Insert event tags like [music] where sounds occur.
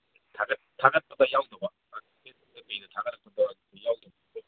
ꯊꯥꯒꯠꯄꯗ [unintelligible]